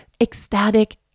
ecstatic